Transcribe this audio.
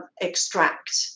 extract